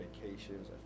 vacations